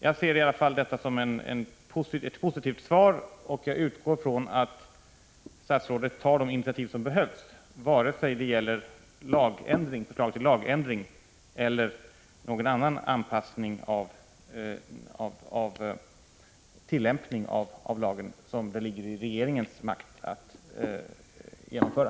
Jag ser i alla fall detta som ett positivt svar, och jag utgår ifrån att statsrådet tar de initiativ som behövs, vare sig det gäller förslag till lagändring eller någon tillämpning av lagen som det ligger i regeringens makt att genomföra.